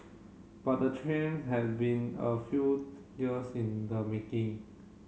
but the trends has been a few years in the making